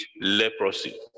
leprosy